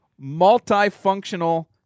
multifunctional